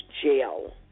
jail